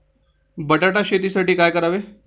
बटाटा शेतीसाठी काय करावे?